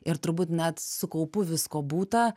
ir turbūt net su kaupu visko būta